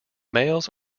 males